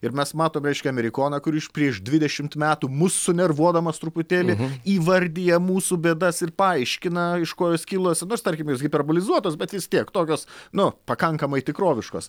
ir mes matom reiškia amerikoną kuris prieš dvidešimt metų mus sunervuodamas truputėlį įvardija mūsų bėdas ir paaiškina iš ko jos kilo nors tarkim jos hiperbolizuotos bet vis tiek tokios nu pakankamai tikroviškos